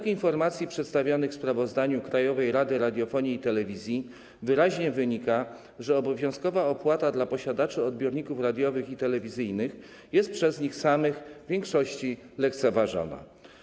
Z informacji przedstawionych w sprawozdaniu Krajowej Rady Radiofonii i Telewizji wyraźnie wynika, że obowiązkowa opłata dla posiadaczy odbiorników radiowych i telewizyjnych jest przez nich samych w większości lekceważona.